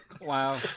Wow